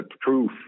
proof